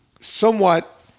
somewhat